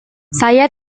saya